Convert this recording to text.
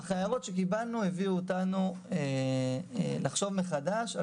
אך ההערות שקיבלנו הביאו אותנו לחשוב מחדש.